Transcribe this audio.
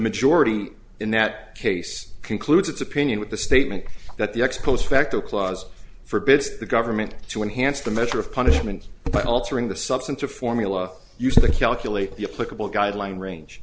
majority in that case concludes its opinion with the statement that the ex post facto clause forbids the government to enhance the measure of punishment by altering the substance of formula used to calculate the political guideline range